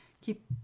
keep